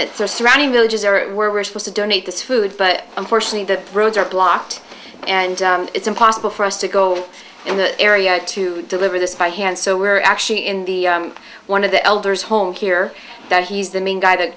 are supposed to donate this food but unfortunately the roads are blocked and it's impossible for us to go in the area to deliver this by hand so we're actually in the one of the elders home here that he's the main guy that